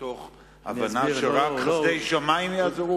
מתוך הבנה שרק חסדי שמים יעזרו?